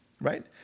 Right